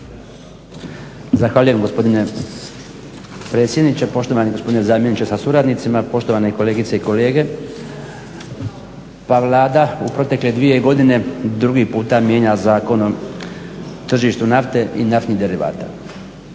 Zahvaljujem poštovani predsjedniče, poštovani gospodine zamjeniče sa suradnicima, poštovane kolegice i kolege. Pa Vlada u protekle dvije godine drugi puta mijenja Zakon o tržištu nafte i naftnih derivata.